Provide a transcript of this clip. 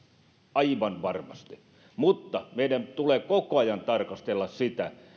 aivan varmasti mutta meidän tulee koko ajan tarkastella sitä